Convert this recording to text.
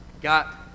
got